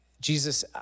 Jesus